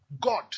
God